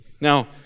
Now